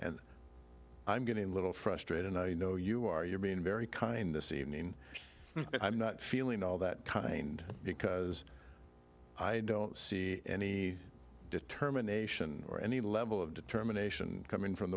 and i'm getting little frustrated and i know you are you're being very kind this evening i'm not feeling all that kind because i don't see any determination or any level of determination coming from